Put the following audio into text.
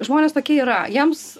žmonės tokie yra jiems